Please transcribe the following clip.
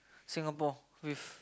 Singapore with